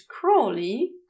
Crawley